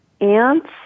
ants